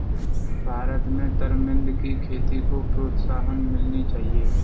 भारत में तरमिंद की खेती को प्रोत्साहन मिलनी चाहिए